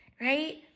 Right